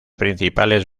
principales